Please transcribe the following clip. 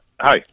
Hi